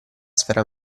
sfera